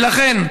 ולכן,